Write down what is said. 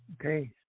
Okay